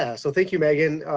ah so thank you meaghan.